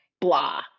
blah